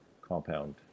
compound